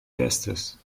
bestes